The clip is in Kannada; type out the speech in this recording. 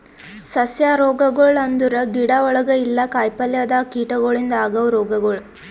ಸಸ್ಯ ರೋಗಗೊಳ್ ಅಂದುರ್ ಗಿಡ ಒಳಗ ಇಲ್ಲಾ ಕಾಯಿ ಪಲ್ಯದಾಗ್ ಕೀಟಗೊಳಿಂದ್ ಆಗವ್ ರೋಗಗೊಳ್